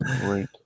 great